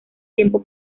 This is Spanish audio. tiempo